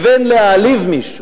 להעליב מישהו,